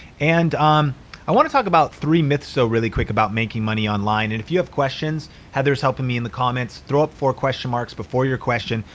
and um i wanna talk about three myths so really quick about making money online. and if you have questions, heather's helping me in the comments. throw up four question marks before your question,